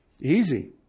Easy